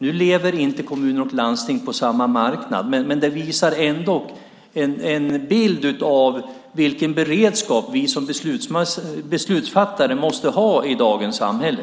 Nu lever inte kommuner och landsting på samma marknad, men detta ger ändå en bild av vilken beredskap vi som beslutsfattare måste ha i dagens samhälle.